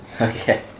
Okay